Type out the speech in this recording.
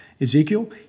Ezekiel